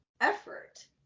effort